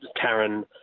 Karen